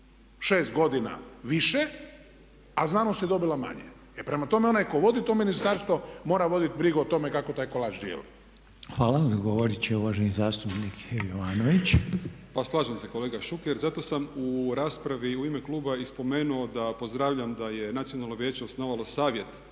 u 6 godina više a znanost je dobila manje. E prema tome onaj tko vodi to Ministarstvo mora voditi brigu o tome kako taj kolač dijeli. **Reiner, Željko (HDZ)** Hvala. Odgovorit će uvaženi zastupnik Jovanović. **Jovanović, Željko (SDP)** Pa slažem se kolega Šuker. Zato sam u raspravi u ime kluba i spomenuo da pozdravljam da je Nacionalno vijeće osnovalo Savjet